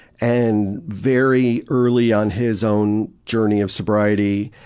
and very early on his own journey of sobriety,